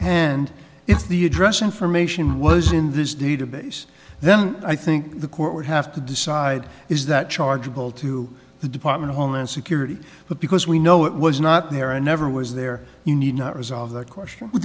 and if the address information was in this database then i think the court would have to decide is that chargeable to the department of homeland security but because we know it was not there and never was there you need not resolve that question w